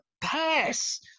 pass